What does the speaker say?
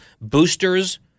boosters